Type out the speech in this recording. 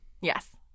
Yes